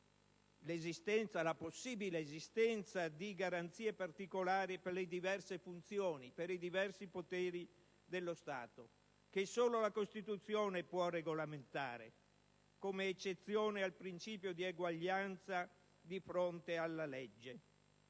la possibile esistenza di garanzie particolari per le diverse funzioni, per i diversi poteri dello Stato che solo la Costituzione può regolamentare come eccezione al principio di eguaglianza di fronte alla legge.